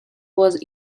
was